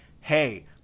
hey